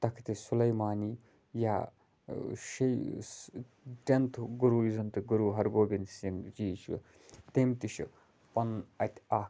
تختِ سُلیمانی یا ٲں ٹیٚنتھہٕ گُروٗ یُس زَن تہِ گُروٗ ہرگوبِنٛد سِنٛگھ جی چھُ تٔمۍ تہِ چھُ پَنُن اَتہِ اَکھ